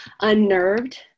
unnerved